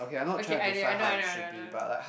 okay I I know I know I know